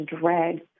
dread